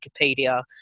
Wikipedia